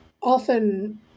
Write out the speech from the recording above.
often